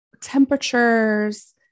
temperatures